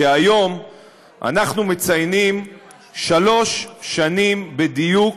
שהיום אנחנו מציינים שלוש שנים בדיוק